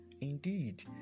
indeed